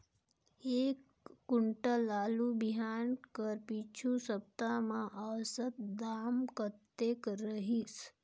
एक कुंटल आलू बिहान कर पिछू सप्ता म औसत दाम कतेक रहिस?